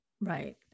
Right